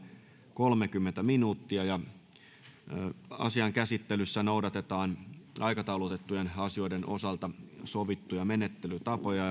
kolmekymmentä minuuttia asian käsittelyssä noudatetaan aikataulutettujen asioiden osalta sovittuja menettelytapoja